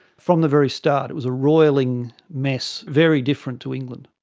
from the very start it was a roiling mess, very different to england.